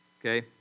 okay